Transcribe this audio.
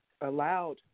allowed